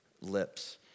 lips